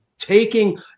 taking